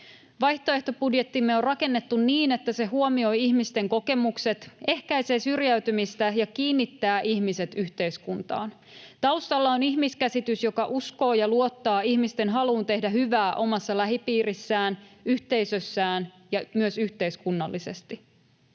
Vaihtoehtobudjettimme on rakennettu niin, että se huomioi ihmisten kokemukset, ehkäisee syrjäytymistä ja kiinnittää ihmiset yhteiskuntaan. Taustalla on ihmiskäsitys, joka uskoo ja luottaa ihmisten haluun tehdä hyvää omassa lähipiirissään, yhteisössään ja myös yhteiskunnallisesti.